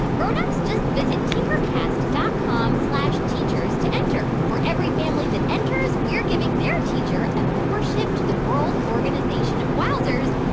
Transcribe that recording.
grown-ups, just visit tinkercast dot com slash teachers to enter. for every family that enters, we're giving their teacher a membership to the world organization of wowzers.